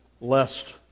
lest